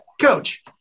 coach